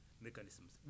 mechanisms